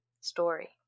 story